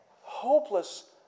Hopeless